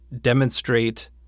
demonstrate